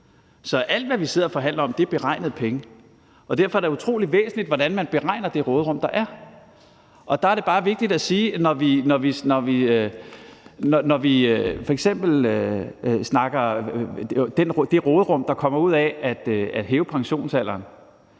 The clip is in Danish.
Så alt, hvad vi sidder og forhandler om, er beregnede penge, og derfor er det utrolig væsentligt, hvordan man beregner det råderum, der er. Der er det bare vigtigt at sige, når vi f.eks. snakker om det råderum, der kommer ud af at hæve pensionsalderen,